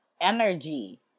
energy